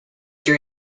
your